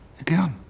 Again